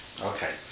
Okay